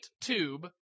tube